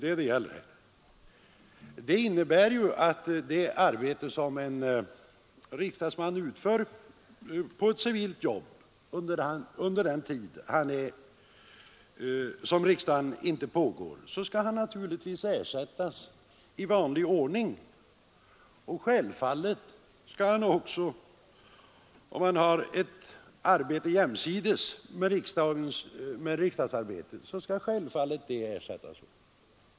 För det arbete som en riksdagsman utför på ett civilt jobb under den tid riksdagssession inte pågår skall han naturligtvis ersättas i vanlig ordning. Om han har ett arbete jämsides med riksdagsarbetet skall även det självfallet ersättas.